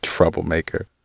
Troublemaker